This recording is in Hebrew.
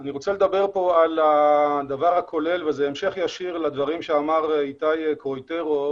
אני רוצה לדבר על משהו שהוא המשך ישיר למה שאמר איתי קרויטורו,